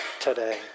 today